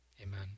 Amen